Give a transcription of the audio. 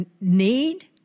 need